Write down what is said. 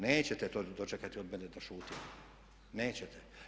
Nećete to dočekati od mene da šutim, nećete.